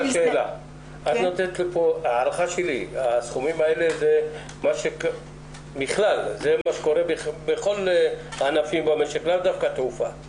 להערכתי הסכומים האלה זה מה שקורה בכל הענפים במשק ולאו דווקא התעופה.